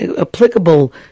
applicable